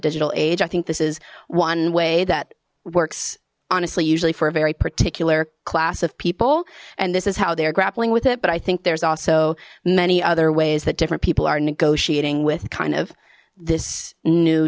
digital age i think this is one way that works honestly usually for a very particular class of people and this is how they're grappling with it but i think there's also many other ways that different people are negotiating with kind of this new